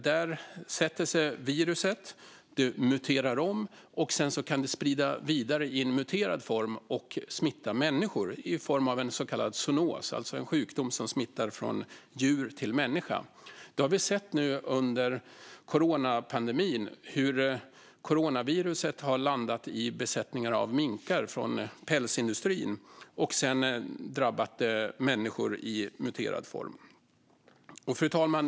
Där sätter sig viruset, muterar om och kan sedan spridas vidare i muterad form och smitta människor i form av en så kallad zoonos, alltså en sjukdom som smittar från djur till människa. Vi har sett nu under coronapandemin hur coronaviruset har landat i besättningar av minkar från pälsindustrin och sedan drabbat människor i muterad form. Fru talman!